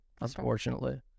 unfortunately